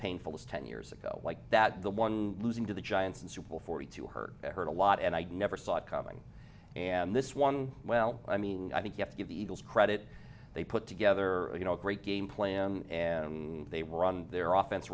was ten years ago like that the one losing to the giants and simple forty two hurt it hurt a lot and i never saw it coming and this one well i mean i think you have to give the eagles credit they put together you know a great game plan and they run their office